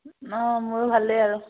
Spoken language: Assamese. অঁ মোৰো ভালেই আৰু